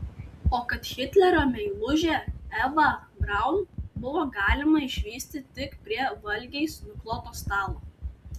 o kad hitlerio meilužę evą braun buvo galima išvysti tik prie valgiais nukloto stalo